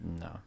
No